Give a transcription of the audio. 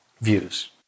views